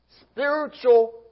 spiritual